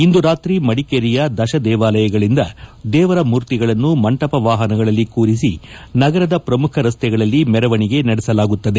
ಇಂದು ರಾತ್ರಿ ಮಡಿಕೇರಿಯ ದಶ ದೇವಾಲಯಗಳಿಂದ ದೇವರ ಮೂರ್ತಿಗಳನ್ನು ಮಂಟಪ ವಾಹನಗಲ್ಲಿ ಕೂರಿಸಿ ನಗರದ ಪ್ರಮುಖ ರಸ್ತೆಗಳಲ್ಲಿ ಮೆರವಣಿಗೆ ನಡೆಸಲಾಗುತ್ತದೆ